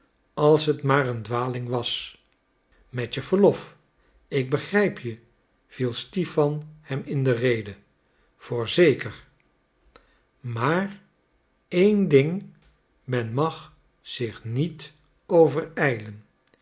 als het maar een dwaling was met je verlof ik begrijp je viel stipan hem in de rede voorzeker maar één ding men mag zich niet